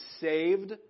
saved